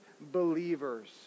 believers